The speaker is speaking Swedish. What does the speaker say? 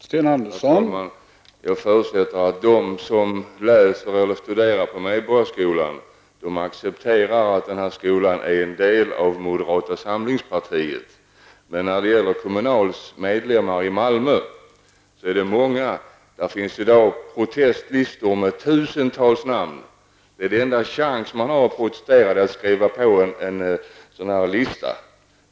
Herr talman! Jag förutsätter att de som läser eller studerar i Medborgarskolan accepterar att denna skola är en del av moderata samlingspartiet. Men när det gäller Kommunals medlemmar i Malmö är det annorlunda. Där finns i dag protestlistor med tusentals namn. Den enda chans man har att protestera är att skriva på en sådan lista.